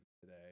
today